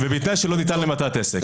ובתנאי שלא ניתנה למטרת עסק.